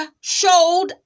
showed